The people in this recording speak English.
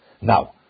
Now